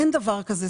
אין דבר כזה.